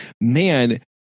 man